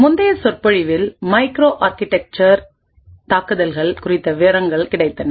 முந்தைய சொற்பொழிவில் மைக்ரோஆர்கிடெக்சர் தாக்குதல்கள் குறித்த விவரங்கள் கிடைத்தன